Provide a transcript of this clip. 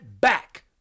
back